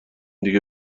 دیگه